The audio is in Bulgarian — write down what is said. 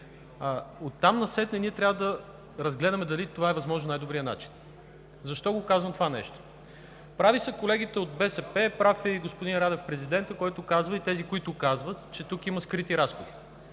оттам насетне ние трябва да разгледаме дали това е възможно най-добрият начин. Защо го казвам това нещо? Прави са колегите от БСП, прав е и господин Радев – президентът, който казва, а и тези, които казват, че тук има скрити разходи.